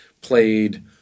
played